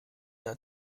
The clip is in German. der